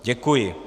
Děkuji.